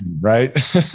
right